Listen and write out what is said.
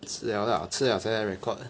吃了啦我吃了才来 record 的